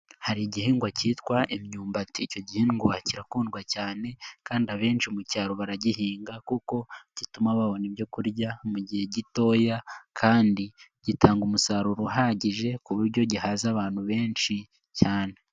Hari igihingwa cyitwa imyumbati icyo gihingwa kirakundwa cyane kandi abenshi mu cyaro baragihinga kuko gituma babona ibyo kurya mu gihe gitoya kandi gitanga umusaruro uhagije ku buryo gihaza abantu benshi cyane.